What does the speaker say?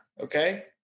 okay